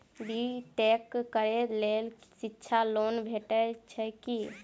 B tech करै लेल शिक्षा लोन भेटय छै की?